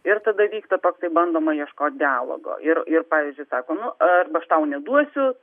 ir tada vyksta paskui bandoma ieškoti dialogo ir ir pavyzdžiui sakoma nu aš tau neduosiu